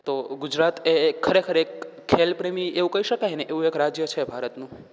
તો ગુજરાત એ એક ખરેખર એક ખેલપ્રેમી એવું કહી શકાયને એવું એક રાજ્ય છે ભારતનું